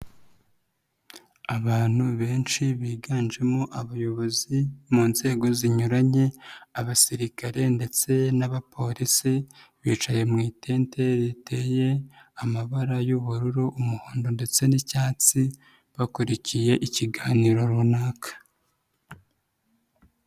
Abantu benshi biganjemo abayobozi mu nzego zinyuranye, abasirikare ndetse n'abapolisi bicaye mu itente riteye amabara y'ubururu, umuhondo ndetse n'icyatsi bakurikiye ikiganiro runaka.